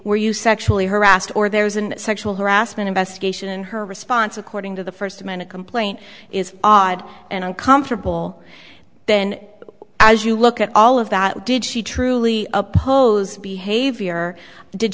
were you sexually harassed or there was a sexual harassment investigation and her response according to the first minute complaint is odd and uncomfortable then as you look at all of that did she truly oppose behavior did